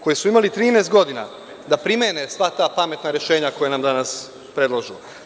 Koji su imali 13 godina da primene sva ta pametna rešenja koja nam danas predlažu.